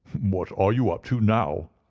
what are you up to now?